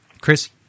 Chris